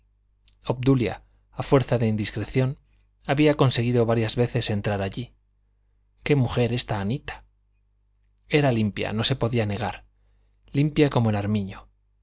obdulia a fuerza de indiscreción había conseguido varias veces entrar allí qué mujer esta anita era limpia no se podía negar limpia como el armiño